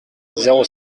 zéro